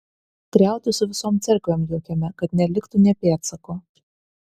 griauti su visom cerkvėm jo kieme kad neliktų nė pėdsako